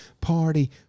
party